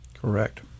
Correct